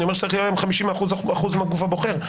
אני אומר שצריך שיהיה להם 50% מהגוף הבוחר,